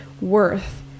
worth